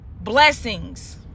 blessings